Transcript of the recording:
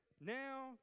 Now